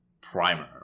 Primer